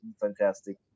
fantastic